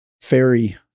Fairy